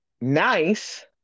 nice